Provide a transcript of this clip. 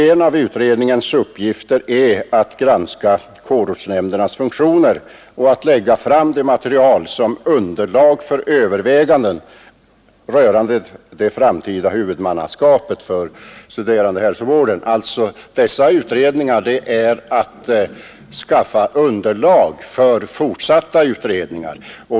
En av utredningens uppgifter är att granska kårortsnämndernas funktioner och lägga fram material som underlag för överväganden rörande det framtida huvudmannaskapet för studerandehälsovården. Denna utredning skall alltså skaffa underlag för fortsatta utredningar.